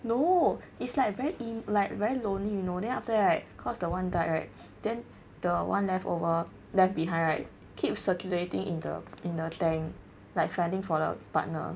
no it's like very in like very lonely you know then after that right caused the one died then the one leftover left behind right keep circulating in the in the tank like finding for the partner